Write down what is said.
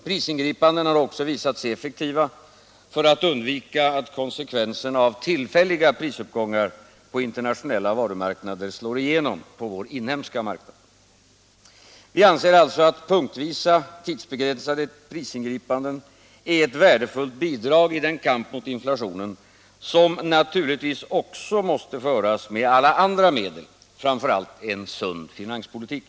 Prisingripanden har också visat sig effektiva för att undvika att konsekvensen av tillfälliga — Nr 45 prisuppgångar på internationella varumarknader slår igenom på vår inhemska marknad. Vi anser alltså att punktvis insatta, tidsbegränsade prisingripanden är I ett värdefullt bidrag i den kamp mot inflationen som naturligtvis också — Allmänna prisreglemåste föras med alla andra medel, framför allt en sund finanspolitik.